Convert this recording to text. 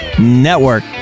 Network